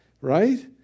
right